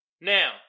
Now